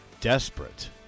desperate